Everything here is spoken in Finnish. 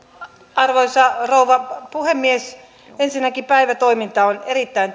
arvoisa rouva puhemies ensinnäkin päivätoiminta on erittäin